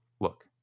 look